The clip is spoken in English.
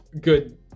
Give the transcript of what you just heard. good